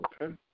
okay